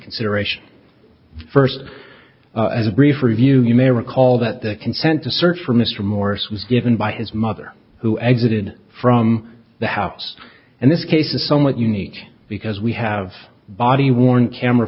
consideration first as a brief review you may recall that the consent to search for mr morris was given by his mother who exited from the house and this case is somewhat unique because we have body worn camera